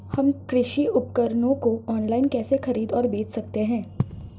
हम कृषि उपकरणों को ऑनलाइन कैसे खरीद और बेच सकते हैं?